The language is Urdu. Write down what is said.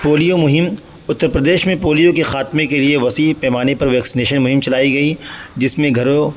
پولیو مہم اتّر پردیش میں پولیو کے خاتمے کے لیے وسیع پیمانے پر ویکسینیشن مہم چلائی گئی جس میں گھرو